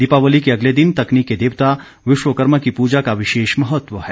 दीपावली के अगले दिन तकनीक के देवता विश्वकर्मा की पूजा का विशेष महत्व है